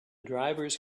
drivers